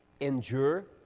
endure